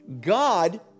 God